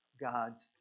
God's